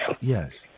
Yes